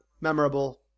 memorable